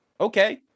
Okay